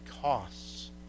costs